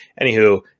anywho